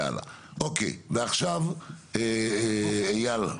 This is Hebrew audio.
אוקיי, אייל,